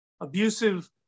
abusive